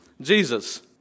Jesus